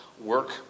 work